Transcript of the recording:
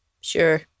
Sure